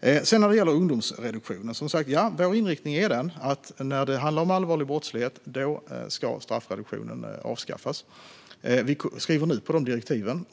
När det gäller ungdomsreduktionen är vår inriktning att straffreduktionen ska avskaffas vid allvarlig brottslighet. Vi skriver nu på direktiven.